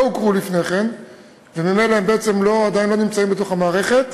לא הוכרו לפני כן וממילא הם בעצם עדיין לא נמצאים בתוך המערכת,